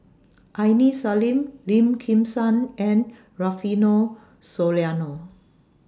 Aini Salim Lim Kim San and Rufino Soliano